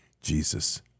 Jesus